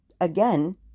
again